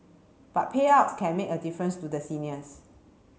but payouts can make a difference to the seniors